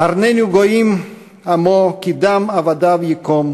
"הרנינו גויִם עַמו כי דם עבדיו יִקום